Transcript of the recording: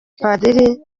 padiri